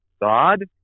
God